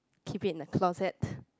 keep it in the closet